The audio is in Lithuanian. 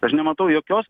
aš nematau jokios